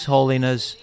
Holiness